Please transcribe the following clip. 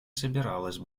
собиралась